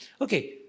Okay